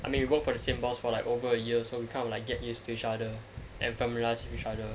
I mean we work for the same boss for like over a year so we kind of like get used to each other and familiarise with each other